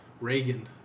Reagan